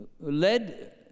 led